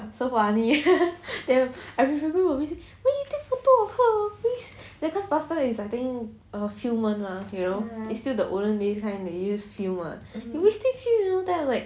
so funny then I remember mummy say why you take photo of her waste ya cause last time I think is err film one lah you know it's still the olden days kind they use film [what] you wasting film you know then I'm like